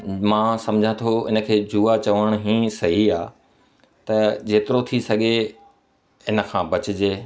मां समुझा थो इनखे जूआ चवण ई सही आहे त जेतिरो थी सघे इनखां बचिजे